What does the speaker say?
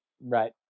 Right